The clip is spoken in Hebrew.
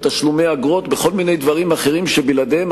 בתשלומי אגרות ובכל מיני דברים אחרים שבלעדיהם